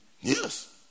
Yes